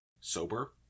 sober